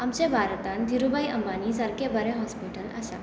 आमच्या भारतान दिरूभाई अंबानी सारकें बरें हॉस्पीटल आसा